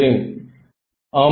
Refer Time 0705